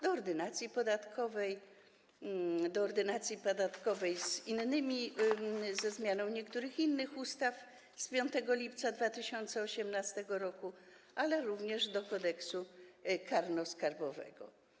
Do ordynacji podatkowej, do ordynacji podatkowej ze zmianą niektórych innych ustaw z 5 lipca 2018 r., ale również do Kodeksu karnego skarbowego.